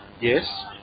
Yes